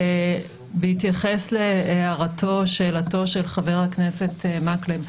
בהתייחס להערתו-שאלתו של חבר הכנסת מקלב,